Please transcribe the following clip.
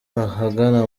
ahagana